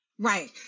Right